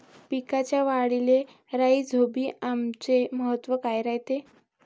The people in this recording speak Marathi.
पिकाच्या वाढीले राईझोबीआमचे महत्व काय रायते?